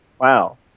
Wow